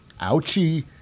Ouchie